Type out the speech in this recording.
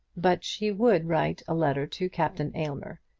but she would write a letter to captain aylmer.